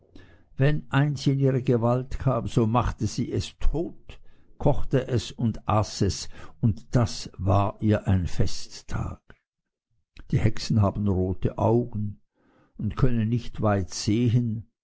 wenn eins in ihre gewalt kam so machte sie es tot kochte es und aß es und das war ihr ein festtag die hexen haben rote augen und können nicht weit sehen